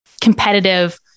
competitive